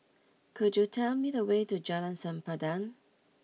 could you tell me the way to Jalan Sempadan